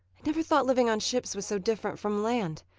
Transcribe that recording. i never thought living on ships was so different from land.